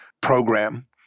program